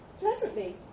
Pleasantly